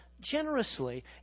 generously